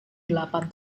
delapan